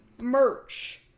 merch